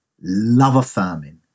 love-affirming